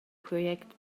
project